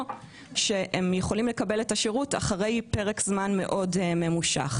או שהם יכולים לקבל את השירות אחרי פרק זמן מאוד ממושך.